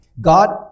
God